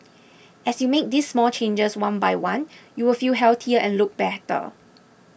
as you make these small changes one by one you will feel healthier and look better